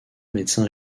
médecins